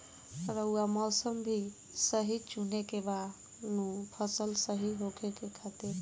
रऊआ मौसम भी सही चुने के बा नु फसल सही होखे खातिर